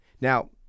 Now